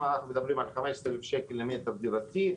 אם אנחנו מדברים על 15,000 למטר דירתי,